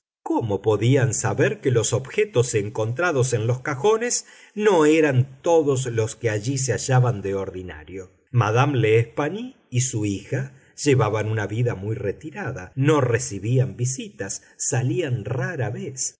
cómo podían saber que los objetos encontrados en los cajones no eran todos los que allí se hallaban de ordinario madame l'espanaye y su hija llevaban una vida muy retirada no recibían visitas salían rara vez